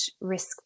risk